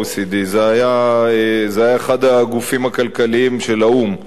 זה היה אחד הגופים הכלכליים של האו"ם,